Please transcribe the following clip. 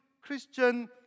Christian